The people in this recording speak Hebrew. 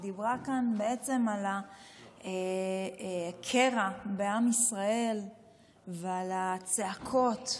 היא דיברה כאן בעצם על הקרע בעם ישראל ועל הצעקות,